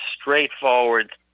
straightforward